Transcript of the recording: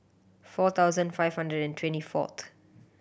four thousand five hundred and twenty fourth